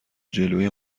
جلوی